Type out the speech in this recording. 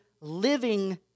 living